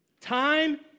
Time